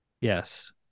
yes